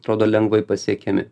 atrodo lengvai pasiekiami